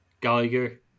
Geiger